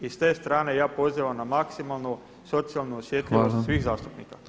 I s te strane ja pozivam na maksimalnu socijalnu osjetljivost svih zastupnika.